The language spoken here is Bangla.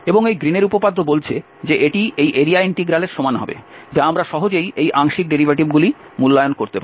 এবং এই গ্রীনের উপপাদ্য বলছে যে এটি এই এরিয়া ইন্টিগ্রালের সমান হবে যা আমরা সহজেই এই আংশিক ডেরিভেটিভগুলি মূল্যায়ন করতে পারি